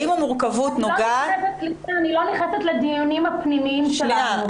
האם המורכבות נוגעת --- אני לא נכנסת לדיונים הפנימיים שלנו.